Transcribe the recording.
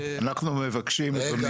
בבקשה.